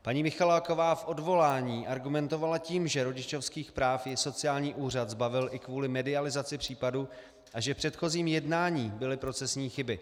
Paní Michaláková v odvolání argumentovala tím, že rodičovských práv ji sociální úřad zbavil i kvůli medializaci případu a že v předchozím jednání byly procesní chyby.